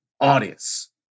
audience